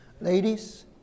Ladies